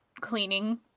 cleaning